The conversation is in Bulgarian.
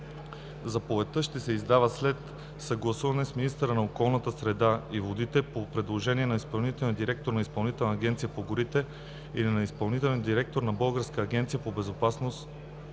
Заповедта ще се издава след съгласуване с министъра на околната среда и водите, по предложение на изпълнителния директор на Изпълнителната агенция по горите или на изпълнителния директор на Българската агенция по безопасност